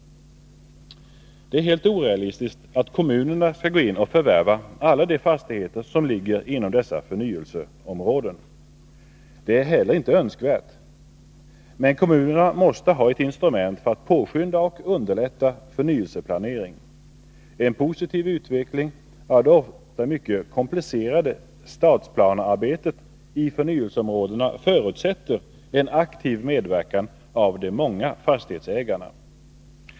Det är helt orealistiskt att kommunerna skall gå in och förvärva alla de fastigheter som ligger inom dessa förnyelseområden. Det är heller inte önskvärt. Men kommunerna måste ha ett instrument för att påskynda och underlätta förnyelseplanering. En postiv utveckling av det ofta mycket komplicerade stadsplanearbetet i förnyelseområden förutsätter en aktiv medverkan av de många fastighetsägarna.